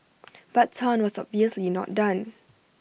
but Tan was obviously not done